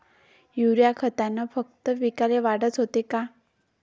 Urea खतानं फक्त पिकाची वाढच होते का?